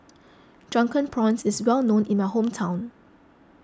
Drunken Prawns is well known in my hometown